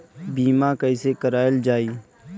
बीमा कैसे कराएल जाइ?